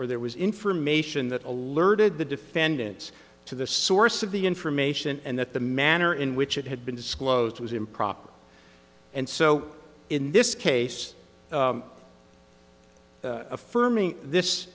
or there was information that alerted the defendants to the source of the information and that the manner in which it had been disclosed was improper and so in this case affirming this